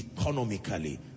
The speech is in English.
economically